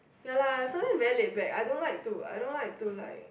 ya lah someone very laid back I don't like to I don't like to like